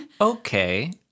okay